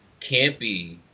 campy